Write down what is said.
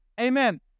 Amen